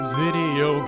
video